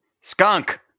Skunk